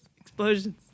explosions